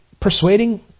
persuading